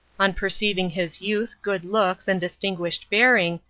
on perceiving his youth, good looks, and distinguished bearing,